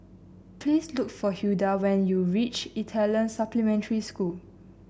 please look for Hilda when you reach Italian Supplementary School